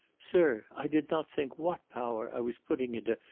sir, i did not think what power i was putting into